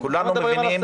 כולנו מבינים,